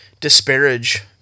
disparage